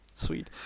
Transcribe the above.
sweet